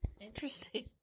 interesting